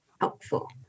helpful